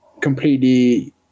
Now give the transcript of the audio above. completely